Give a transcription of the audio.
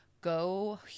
Go